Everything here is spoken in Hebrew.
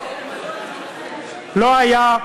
לא היה,